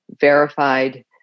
verified